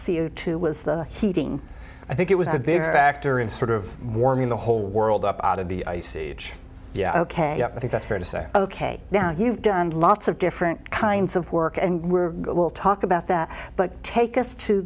o two was the heating i think it was a big factor in sort of warming the whole world up out of the ice age yeah ok i think that's fair to say ok now you've done lots of different kinds of work and we're will talk about that but take us to